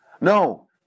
No